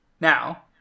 Now